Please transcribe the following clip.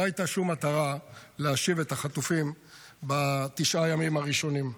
לא הייתה שום מטרה להשיב את החטופים בתשעה ימים הראשונים.